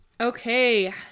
Okay